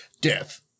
death